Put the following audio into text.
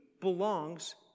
belongs